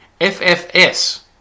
FFS